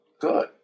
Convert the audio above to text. Good